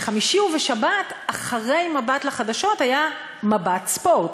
בחמישי ובשבת, אחרי מבט לחדשות, היה "מבט ספורט"